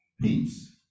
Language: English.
Peace